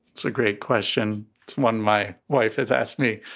it's a great question. it's one my wife has asked me.